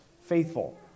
faithful